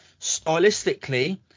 stylistically